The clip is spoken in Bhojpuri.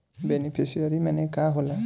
बेनिफिसरी मने का होला?